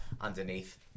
underneath